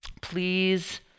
Please